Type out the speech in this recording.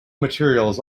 materials